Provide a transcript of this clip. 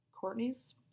Courtney's